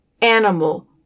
animal